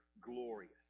glorious